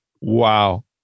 Wow